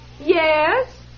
Yes